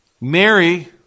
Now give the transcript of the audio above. Mary